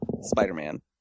Spider-Man